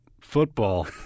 Football